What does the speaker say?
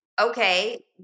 okay